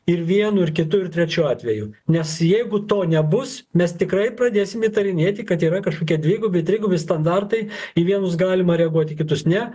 ir vienu ir kitu ir trečiu atveju nes jeigu to nebus mes tikrai pradėsim įtarinėti kad yra kažkokie dvigubi trigubi standartai į vienus galima reaguot į kitus ne